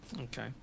Okay